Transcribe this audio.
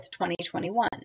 2021